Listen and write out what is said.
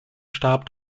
starb